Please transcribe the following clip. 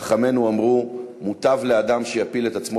חכמינו אמרו: מוטב לאדם שיפיל את עצמו